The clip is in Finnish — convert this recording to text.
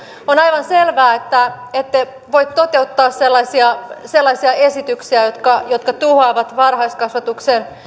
on aivan selvää että ette voi toteuttaa sellaisia sellaisia esityksiä jotka tuhoavat varhaiskasvatuksen